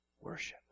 worship